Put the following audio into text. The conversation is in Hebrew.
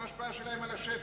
מה ההשפעה שלהם על השטח?